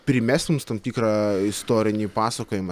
primesti mums tam tikrą istorinį pasakojimą